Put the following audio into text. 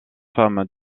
femme